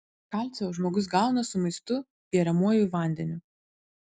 kalcio žmogus gauna su maistu geriamuoju vandeniu